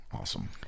Awesome